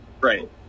Right